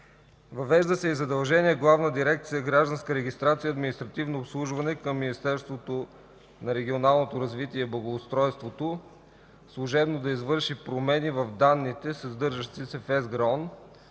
Въвежда се и задължение Главна дирекция „Гражданска регистрация и административно обслужване” към Министерството на регионалното развитие и благоустройството служебно да извърши промени в данните, съдържащи се в ЕСГРАОН,